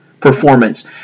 performance